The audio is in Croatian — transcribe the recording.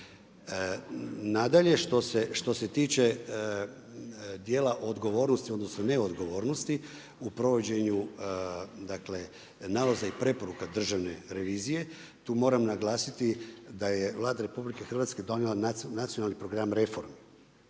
Nadalje, što se tiče, dijela odgovornosti, odnosno, neodgovornosti, u provođenju nalozi i preporuka Državne revizije, tu moram naglasiti, da je Vlada RH donijela anacionalni program reformi.